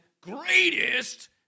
greatest